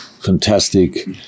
fantastic